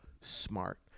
smart